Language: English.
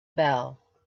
bell